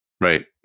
Right